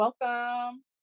Welcome